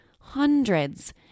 hundreds